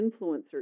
influencers